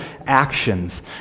actions